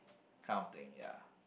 kind of thing ya